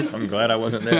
i'm glad i wasn't there.